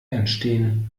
entstehen